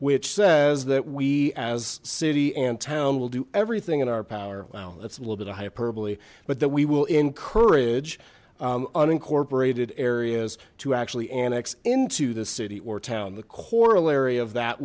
which says that we as city and town will do everything in our power wow that's a little bit of hyperbole but that we will encourage unincorporated areas to actually annex into the city or town the corollary of that